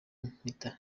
mpita